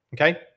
okay